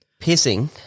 pissing